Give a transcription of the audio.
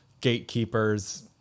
gatekeepers